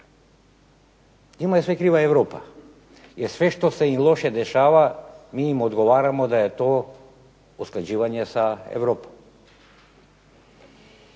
Njima je sve kriva Europa, jer sve što se im loše dešava mi im odgovaramo da je to usklađivanje sa Europom.